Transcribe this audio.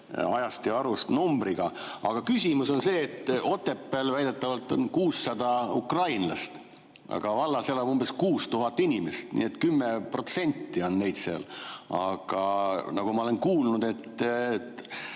ajast ja arust numbriga? Aga küsimus on see, et Otepääl väidetavalt on 600 ukrainlast, aga vallas elab umbes 6000 inimest, nii et 10% [moodustavad] nad seal. Aga nagu ma olen kuulnud,